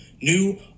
New